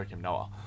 Noah